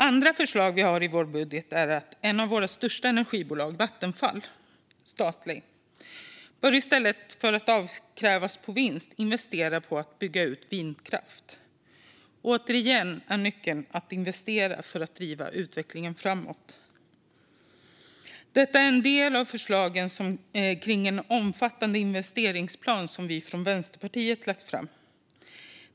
Andra förslag i vår budget är att ett av våra största energibolag, statliga Vattenfall, i stället för att avkrävas vinst bör investera i att bygga ut vindkraft. Återigen är nyckeln att investera för att driva utvecklingen framåt. Detta är en del av förslagen om en omfattande investeringsplan som vi i Vänsterpartiet lagt fram.